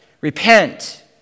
repent